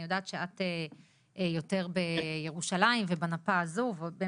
אני יודעת שאת יור נמצאת באיזו של ירושלים ובמפה הזו ואת